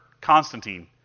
Constantine